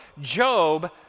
Job